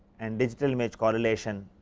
and digital image correlation